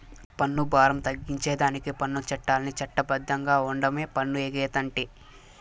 పన్ను బారం తగ్గించేదానికి పన్ను చట్టాల్ని చట్ట బద్ధంగా ఓండమే పన్ను ఎగేతంటే